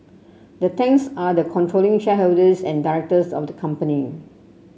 the Tangs are the controlling shareholders and directors of the company